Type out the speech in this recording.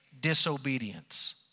disobedience